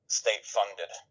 state-funded